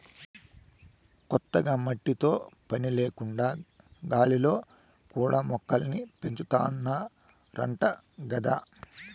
కొత్తగా మట్టితో పని లేకుండా గాలిలో కూడా మొక్కల్ని పెంచాతన్నారంట గదా